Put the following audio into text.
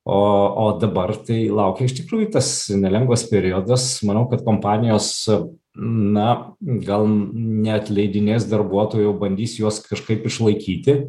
o o dabar tai laukia iš tikrųjų tas nelengvas periodas manau kad kompanijos na gal neatleidinės darbuotojų bandys juos kažkaip išlaikyti